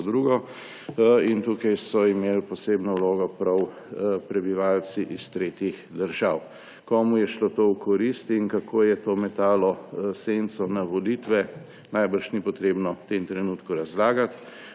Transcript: drugo. Tukaj so imel posebno vlogo prav prebivalci iz tretjih držav. Komu je šlo to v korist in kako je to metalo senco na volitve, najbrž ni potrebno v tem trenutku razlagati.